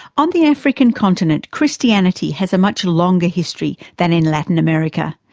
on the african continent christianity has a much longer history than in latin america,